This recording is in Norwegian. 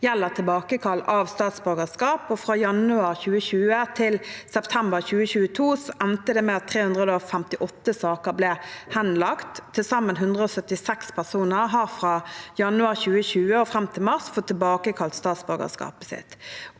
gjelder tilbakekall av statsborgerskap. Fra januar 2020 til september 2022 endte det med at 358 saker ble henlagt. Til sammen 176 personer har fra januar 2020 og fram til mars fått tilbakekalt statsborgerskapet sitt.